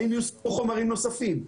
האם יושמו חומרים נוספים?